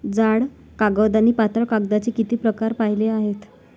जाड कागद आणि पातळ कागदाचे किती प्रकार पाहिले आहेत?